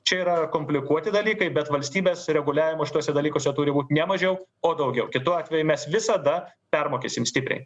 čia yra komplikuoti dalykai bet valstybės reguliavimo šituose dalykuose turi būt ne mažiau o daugiau kitu atveju mes visada permokėsim stipriai